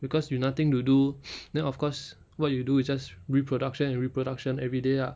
because you nothing to do then of course what you do is just reproduction and reproduction everyday ah